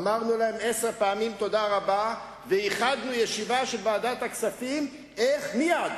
אמרנו להם עשר פעמים תודה רבה וייחדנו ישיבה של ועדת הכספים איך מייד